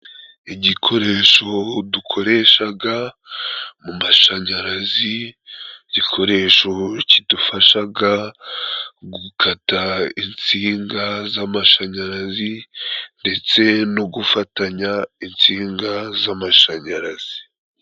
Igikoresho dukoreshaga mu mashanyarazi, zikoresha kidufashaga gukata insinga z'amashanyarazi ndetse no gufatanya insinga z'amashanyarazi.